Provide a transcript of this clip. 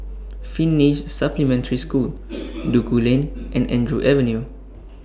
Finnish Supplementary School Duku Lane and Andrew Avenue